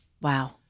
Wow